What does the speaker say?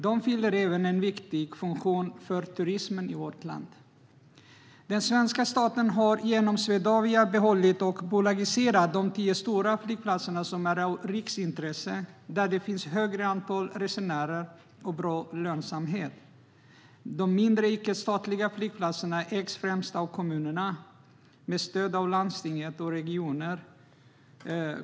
De fyller även en viktig funktion för turismen i vårt land. Den svenska staten har genom Swedavia behållit och bolagiserat de tio stora flygplatserna. De är av riksintresse, och här finns ett stort antal resenärer och bra lönsamhet. De mindre, icke-statliga flygplatserna ägs främst av kommuner med stöd av landsting och regioner.